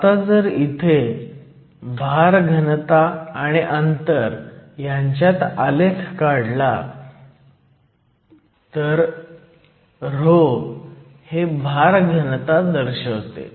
आता जर इथे भार घनता आणि अंतर ह्यांच्यात आलेख काढला तर ρ हे भार घनता दर्शवते